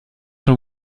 von